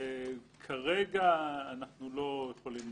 כרגע אנחנו לא יכולים